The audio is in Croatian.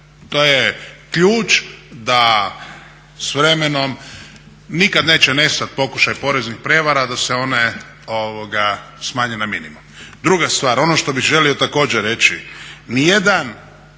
To je ključ da s vremenom nikad neće prestat pokušaj poreznih prevara da se one smanje na minimum. Druga stvar, ono što bih želio također reći ni jedan